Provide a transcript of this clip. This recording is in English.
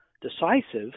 decisive